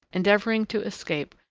endeavouring to escape,